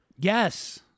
Yes